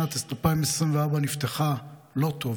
שנת 2024 נפתחה לא טוב,